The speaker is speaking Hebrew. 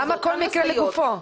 למה כל מקרה לגופו?